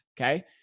Okay